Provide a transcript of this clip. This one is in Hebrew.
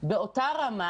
באותה רמה,